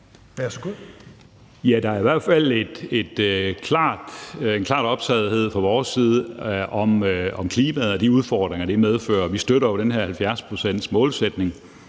er jo i hvert fald en klar optagethed fra vores side af klimaet og de udfordringer, det medfører, og vi støtter jo den her 70-procentsmålsætning.